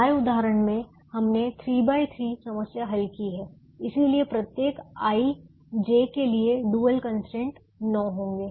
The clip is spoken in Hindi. हमारे उदाहरण में हमने 3 बाय 3 समस्या हल की है इसलिए प्रत्येक i j के लिए डुअल कंस्ट्रेंट 9 होंगे